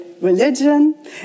religion